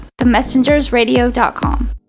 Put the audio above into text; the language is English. themessengersradio.com